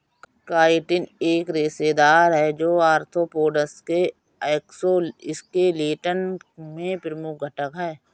chitin एक रेशेदार है, जो आर्थ्रोपोड्स के एक्सोस्केलेटन में प्रमुख घटक है